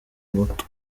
muto